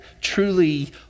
truly